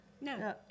No